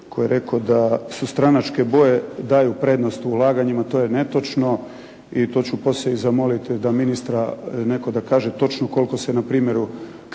koji je rekao da su stranačke boje, daju prednost ulaganjima. To je netočno. I to ću poslije i zamoliti da ministra, netko da kaže točno koliko se na primjeru